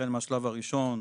החל מהשלב הראשון,